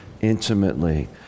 intimately